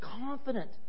confident